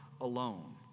alone